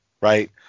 right